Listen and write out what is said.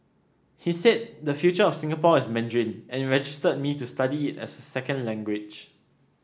he said the future of Singapore is Mandarin and registered me to study it as a second language